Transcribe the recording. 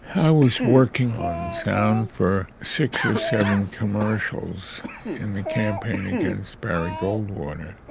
i was working on sound for six or seven commercials in the campaign against barry goldwater.